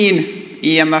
imfn